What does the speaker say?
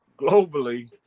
globally